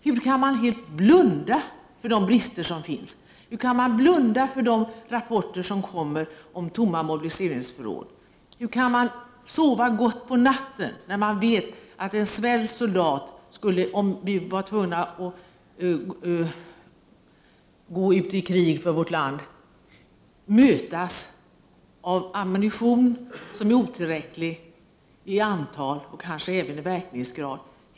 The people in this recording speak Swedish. Hur kan moderaterna helt blunda för de brister som finns? Hur kan moderaterna blunda för de rapporter som läggs fram om tomma mobiliseringsför råd? Och hur kan moderaterna sova gott på natten när de vet att en svensk soldat om han är tvungen att gå ut i krig för vårt land inte har tillräckligt med ammunition, en ammunition som dessutom kanske inte har tillräcklig verkningsgrad?